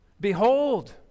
Behold